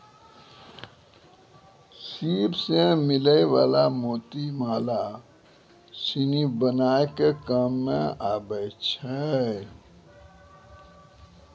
सिप सें मिलै वला मोती माला सिनी बनाय के काम में आबै छै